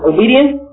Obedience